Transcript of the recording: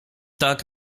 tak